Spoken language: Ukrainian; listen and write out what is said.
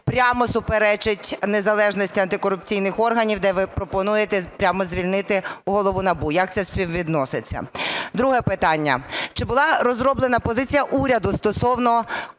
прямо суперечить незалежності антикорупційних органів, де ви пропонуєте прямо звільнити голову НАБУ. Як це співвідноситься? Друге питання. Чи була розроблена позиція уряду стосовно відновлення